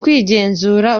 kwigenzura